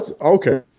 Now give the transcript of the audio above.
Okay